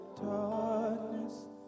darkness